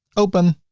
open